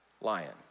lion